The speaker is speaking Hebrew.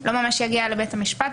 לא ממש יגיע לבית המשפט.